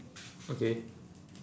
okay